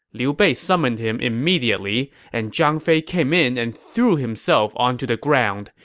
liu bei summoned him immediately, and zhang fei came in and threw himself onto the ground.